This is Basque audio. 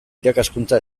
irakaskuntza